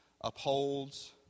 upholds